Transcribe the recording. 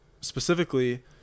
specifically